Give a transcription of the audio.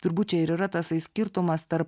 turbūt čia ir yra tasai skirtumas tarp